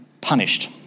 punished